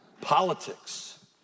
politics